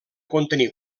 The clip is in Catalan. contenir